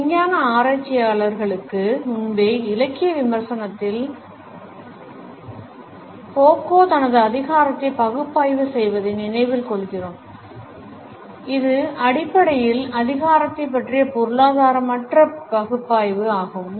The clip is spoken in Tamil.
இந்த விஞ்ஞான ஆராய்ச்சியாளர்களுக்கு முன்பே இலக்கிய விமர்சனத்தில் ஃபோக்கோ தனது அதிகாரத்தைப் பகுப்பாய்வு செய்ததை நினைவில் கொள்கிறோம் இது அடிப்படையில் அதிகாரத்தைப் பற்றிய பொருளாதாரமற்ற பகுப்பாய்வு ஆகும்